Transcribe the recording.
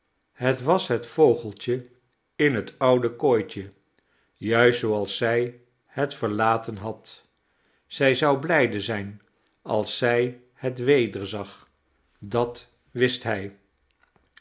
het was het vogeltje in het oude kooitje juist zooals zij het verlaten had zij zou blijde zijn als zij het wederzag dat wist hij